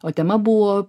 o tema buvo